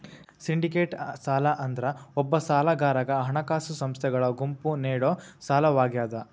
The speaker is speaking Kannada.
ಸಿಂಡಿಕೇಟೆಡ್ ಸಾಲ ಅಂದ್ರ ಒಬ್ಬ ಸಾಲಗಾರಗ ಹಣಕಾಸ ಸಂಸ್ಥೆಗಳ ಗುಂಪು ನೇಡೊ ಸಾಲವಾಗ್ಯಾದ